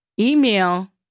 email